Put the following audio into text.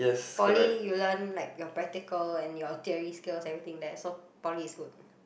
poly you learn like your practical and your theory skills everything there so poly is good